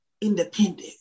independent